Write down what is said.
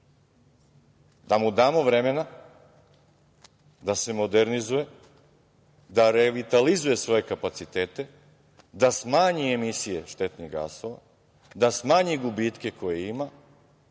da mu damo vremena da se modernizuje, da revitalizuje svoje kapacitete, da smanji emisije štetnih gasova, da smanji gubitke koje ima